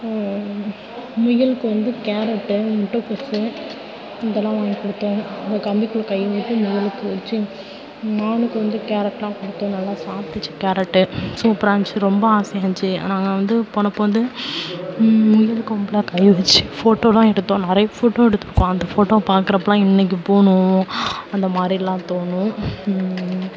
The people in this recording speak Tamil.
முயலுக்கு வந்து கேரட்டு முட்டக்கோஸ் இதெல்லாம் வாங்கி கொடுத்தோம் அந்த கம்பிக்குள்ளே கையை விட்டு முயலுக்கு ச்சி மானுக்கு வந்து கேரட்லாம் கொடுத்தோம் நல்லா சாப்ட்டுச்சி கேரட்டு சூப்பராக இருந்துச்சு ரொம்ப ஆசையாக இருந்துச்சு ஆனால் நான் வந்து போனப்போ வந்து முயல் கொம்புலாம் கையில் வச்சு ஃபோட்டோலாம் எடுத்தோம் நிறைய ஃபோட்டோ எடுத்திருக்கோம் அந்த ஃபோட்டோவை பார்க்குறப்பலாம் இன்னைக்கி போகணும் அந்த மாதிரிலாம் தோணும்